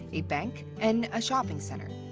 a bank, and a shopping center.